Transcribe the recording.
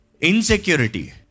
insecurity